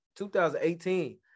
2018